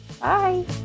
bye